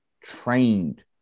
trained